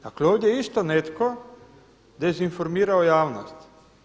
Dakle, ovdje je isto netko dezinformirao javnost.